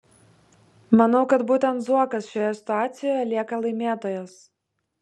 manau kad būtent zuokas šioje situacijoje lieka laimėtojas